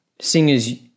singers